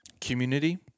community